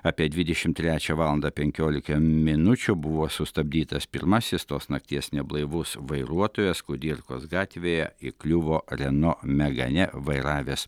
apie dvidešim trečią valandą penkiolika minučių buvo sustabdytas pirmasis tos nakties neblaivus vairuotojas kudirkos gatvėje įkliuvo reno megane vairavęs